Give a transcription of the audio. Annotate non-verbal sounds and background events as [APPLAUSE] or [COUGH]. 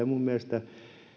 [UNINTELLIGIBLE] minun mielestäni